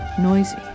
Noisy